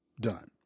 done